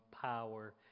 power